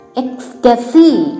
ecstasy